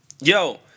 Yo